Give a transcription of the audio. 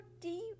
deep